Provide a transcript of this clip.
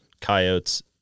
coyotes